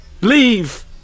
leave